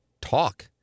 talk